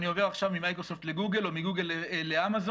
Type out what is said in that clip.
אני עובר עכשיו ממייקרוסופט לגוגל או מגוגל לאמזון.